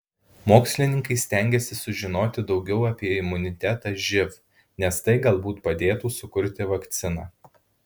mokslininkai stengiasi sužinoti daugiau apie imunitetą živ nes tai galbūt padėtų sukurti vakciną